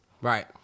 Right